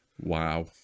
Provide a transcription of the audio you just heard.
Wow